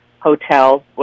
Hotel